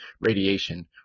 radiation